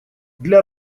для